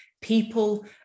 people